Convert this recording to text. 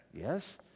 yes